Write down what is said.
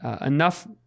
enough